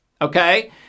Okay